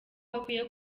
akwiye